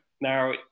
Now